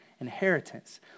inheritance